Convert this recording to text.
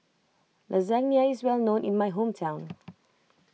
Lasagna is well known in my hometown